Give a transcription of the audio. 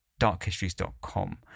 darkhistories.com